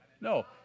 no